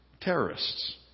terrorists